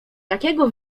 takiego